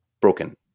broken